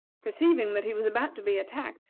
perceiving that he was about to be attacked,